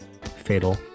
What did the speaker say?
fatal